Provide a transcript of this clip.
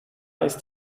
ist